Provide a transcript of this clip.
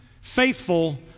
faithful